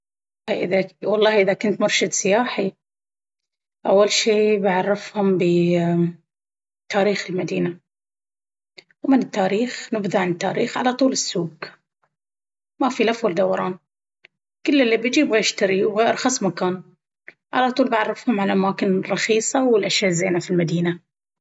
والله اذا كنت مرشد سياحي أول شي بعرفهم بتاريخ المدينة، نبذة عن التاريخ وبعدها على طول السوق مافي لف ودوران! كل اللي بيجي يبغى يشتري ويبغى أرخص أماكن التسوق... على طول بعرفهم على الاماكن الرخيصة واللي تبيع بضاعة بجودة زينة وغيرها من الأمور والأماكن اللي ترفع الراس والمشرفة في المدينة.